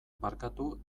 barkatu